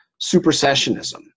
supersessionism